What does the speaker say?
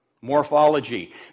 Morphology